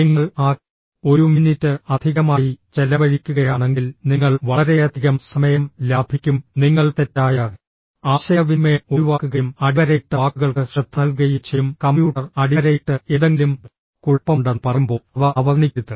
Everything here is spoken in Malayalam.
നിങ്ങൾ ആ ഒരു മിനിറ്റ് അധികമായി ചെലവഴിക്കുകയാണെങ്കിൽ നിങ്ങൾ വളരെയധികം സമയം ലാഭിക്കും നിങ്ങൾ തെറ്റായ ആശയവിനിമയം ഒഴിവാക്കുകയും അടിവരയിട്ട വാക്കുകൾക്ക് ശ്രദ്ധ നൽകുകയും ചെയ്യും കമ്പ്യൂട്ടർ അടിവരയിട്ട് എന്തെങ്കിലും കുഴപ്പമുണ്ടെന്ന് പറയുമ്പോൾ അവ അവഗണിക്കരുത്